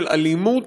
של אלימות